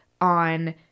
on